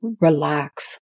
relax